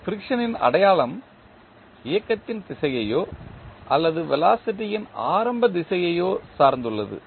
friction ன் அடையாளம் இயக்கத்தின் திசையையோ அல்லது வெலாசிட்டி ன் ஆரம்ப திசையையோ சார்ந்துள்ளது